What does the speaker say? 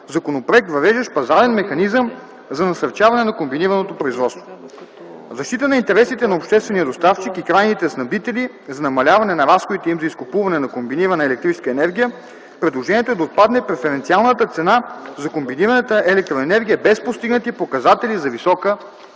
законопроект, въвеждащ пазарен механизъм за насърчаване на комбинираното производство. В защита на интересите на обществения доставчик и крайните снабдители за намаляване на разходите им за изкупуване на комбинирана електрическа енергия, предложението е да отпадане преференциалната цена за комбинираната електроенергия без постигнати показатели за висока ефективност.